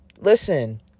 Listen